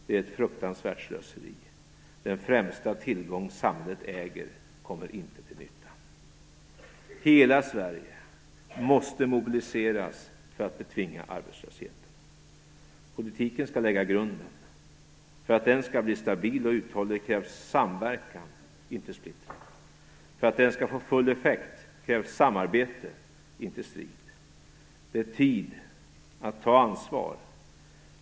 Det är ett fruktansvärt slöseri. Den främsta tillgång samhället äger kommer inte till nytta. Hela Sverige måste mobiliseras för att betvinga arbetslösheten. Politiken skall lägga grunden. För att den skall bli stabil och uthållig krävs samverkan - inte splittring. För att den skall få full effekt krävs samarbete - inte strid. Det är tid att ta ansvar.